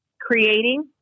Creating